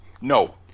No